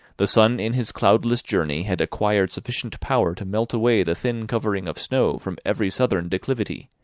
the sun in his cloudless journey had acquired sufficient power to melt away the thin covering of snow from every southern declivity,